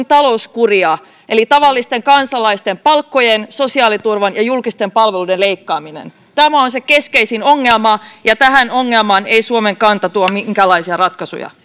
talouskuria eli tavallisten kansalaisten palkkojen sosiaaliturvan ja julkisten palveluiden leikkaamista tämä on se keskeisin ongelma ja tähän ongelmaan ei suomen kanta tuo minkäänlaisia ratkaisuja